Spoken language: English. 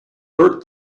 bert